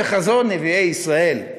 בחזון נביאי ישראל,